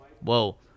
Whoa